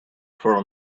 for